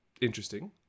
interesting